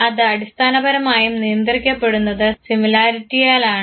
ഇത് അടിസ്ഥാനപരമായും നിയന്ത്രിക്കപ്പെടുന്നത് സിമിലാരിറ്റിയാലാണ്